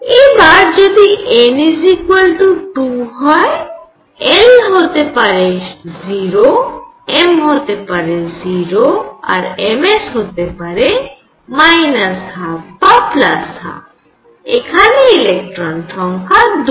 এবার যদি n 2 হয় l হতে পারে 0 m হতে পারে 0 আর ms হতে পারে 12 বা 12 এখানে ইলেকট্রন সংখ্যা দুই